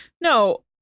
No